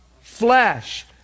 flesh